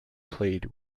played